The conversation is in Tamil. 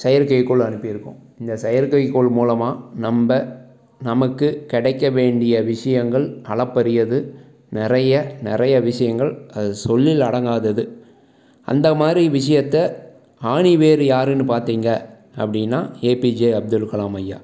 செயற்கைகோள் அனுப்பியிருக்கோம் இந்த செயற்கைகோள் மூலமாக நம்ப நமக்கு கிடைக்க வேண்டிய விஷயங்கள் அளப்பரியது நிறைய நிறைய விஷயங்கள் அது சொல்லில் அடங்காதது அந்த மாதிரி விஷயத்த ஆணிவேர் யாருன்னு பார்த்திங்க அப்படின்னா ஏபிஜே அப்துல்கலாம் ஐயா